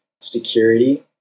security